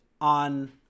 on